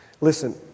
Listen